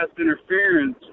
interference